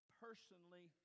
personally